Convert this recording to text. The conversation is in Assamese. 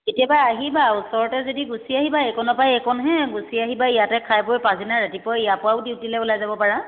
কেতিয়াবা আহিবা ওচৰতে যদি গুচি আহিবা এইকনৰ পৰাই এইকনহে গুচি আহিবা ইয়াতে খাই বৈ পাছদিনা ৰাতিপুৱা ইয়াৰ পৰাও ডিউটিলে ওলাই যাব পাৰা